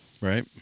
right